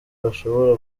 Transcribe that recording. bashobora